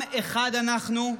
עם אחד אנחנו.